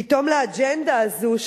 פתאום לאג'נדה הזאת,